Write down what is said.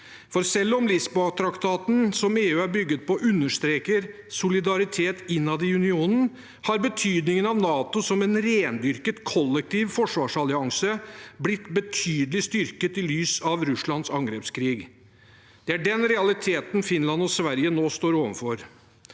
Selv om Lisboa-traktaten, som EU er bygget på, understreker solidaritet innad i unionen, har betydningen av NATO som en rendyrket kollektiv forsvarsallianse blitt betydelig styrket i lys av Russlands angrepskrig. Det er den realiteten Finland og Sverige nå står overfor.